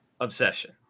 obsession